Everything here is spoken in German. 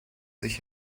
sich